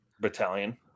battalion